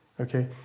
Okay